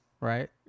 right